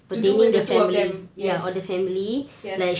to do with the two of them yes yes